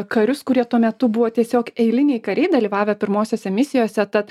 karius kurie tuo metu buvo tiesiog eiliniai kariai dalyvavę pirmosiose misijose tad